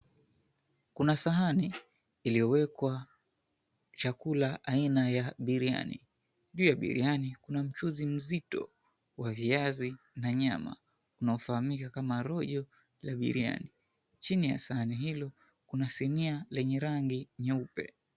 Kuna sahani, iliyowekwa chakula aina ya biriani. Juu ya biriani kuna mchuzi mzito wa viazi na nyama, unaofahamika kama rojo la biriani. Chini ya sahani hilo, kuna sinia lenye rangi nyeupe.